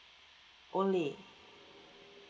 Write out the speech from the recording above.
only